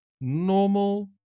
Normal